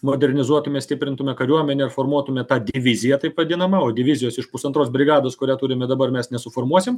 modernizuotume stiprintume kariuomenę ir formuotume tą diviziją taip vadinamą o divizijos iš pusantros brigados kurią turime dabar mes nesuformuosim